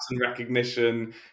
recognition